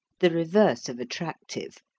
the reverse of attractive,